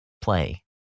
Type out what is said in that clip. play